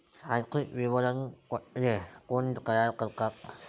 आर्थिक विवरणपत्रे कोण तयार करतात?